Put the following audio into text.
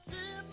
See